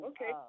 Okay